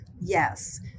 Yes